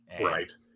Right